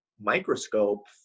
microscope